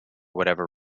whatever